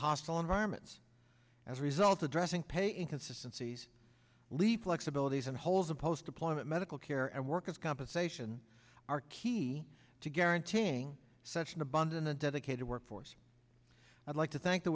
hostile environments as a result addressing pay inconsistencies leave flexibilities and holes in post deployment medical care and work of compensation are key to guaranteeing such an abundant and dedicated workforce i'd like to thank the